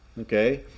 Okay